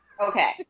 Okay